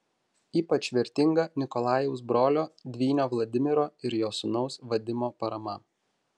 ypač vertinga nikolajaus brolio dvynio vladimiro ir jo sūnaus vadimo parama